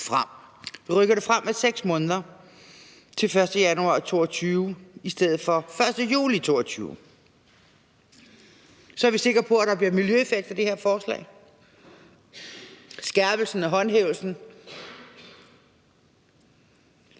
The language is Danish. før 2014 frem med 6 måneder til den 1. januar 2022 i stedet for den 1. juli 2022. Så er vi sikre på, at der bliver en miljøeffekt af det her forslag. Både skærpelsen og håndhævelsen